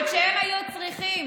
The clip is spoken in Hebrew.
וכשהם היו צריכים,